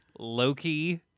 Loki